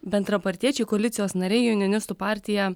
bendrapartiečiai koalicijos nariai joninistų partija